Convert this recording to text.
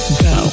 go